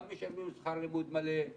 גם משלמים שכר לימוד מלא,